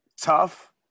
Tough